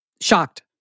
Shocked